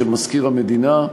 של מזכיר המדינה.